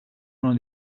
uno